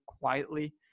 quietly